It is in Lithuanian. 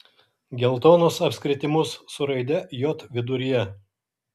geltonus apskritimus su raide j viduryje